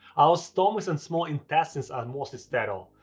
our stomachs and small intestines are mostly sterile,